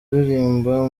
uririmba